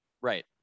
Right